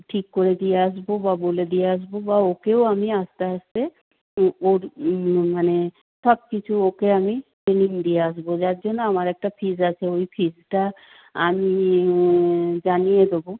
ঠিক করে দিয়ে আসবো বা বলে দিয়ে আসবো বা ওকেও আমি আস্তে আস্তে ওর মানে সব কিছু ওকে আমি ট্রেনিং দিয়ে আসবো যার জন্য আমার একটা ফিজ আছে ওই ফিজটা আমি জানিয়ে দেবো